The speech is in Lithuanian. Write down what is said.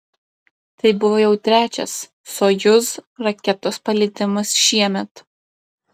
tai buvo jau trečias sojuz raketos paleidimas šiemet